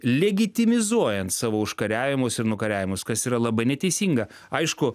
legitimizuojant savo užkariavimus ir nukariavimus kas yra labai neteisinga aišku